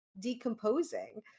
Decomposing